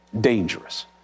dangerous